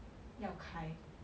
要开